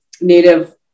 Native